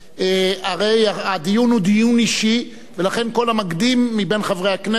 הרי הדיון הוא דיון אישי ולכן כל המקדים מבין חברי הכנסת,